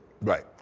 Right